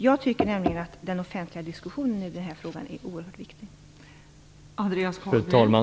Jag tycker nämligen att den offentliga diskussionen är oerhört viktig i den här frågan.